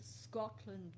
Scotland